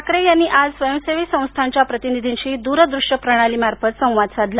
ठाकरे यांनी आज स्वयंसेवी संस्थांच्या प्रतिनिधींशी दूरदृष्य प्रणाली मार्फत संवाद साधला